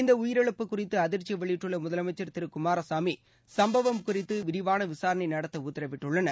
இந்த உயிரிழப்பு குறித்து அதிர்ச்சி வெளியிட்டுள்ள முதலமைச்சர் திரு குமாரசாமி சம்பவம் குறித்து விரிவான விசாரணை நடத்த உத்தரவிட்டுள்ளார்